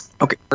Okay